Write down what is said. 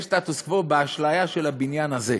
יש סטטוס קוו באשליה של הבניין הזה.